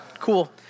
Cool